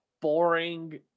boring